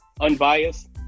unbiased